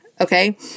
okay